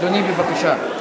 אדוני, בבקשה.